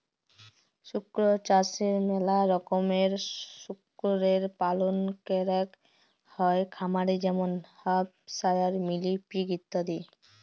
শুকর চাষে ম্যালা রকমের শুকরের পালল ক্যরাক হ্যয় খামারে যেমল হ্যাম্পশায়ার, মিলি পিগ ইত্যাদি